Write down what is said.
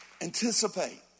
Anticipate